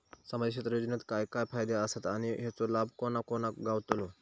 सामजिक क्षेत्र योजनेत काय काय फायदे आसत आणि हेचो लाभ कोणा कोणाक गावतलो?